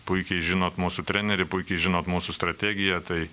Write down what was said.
puikiai žinot mūsų trenerį puikiai žinot mūsų strategiją tai